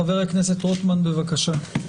חבר הכנסת רוטמן, בבקשה.